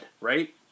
right